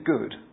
good